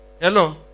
Hello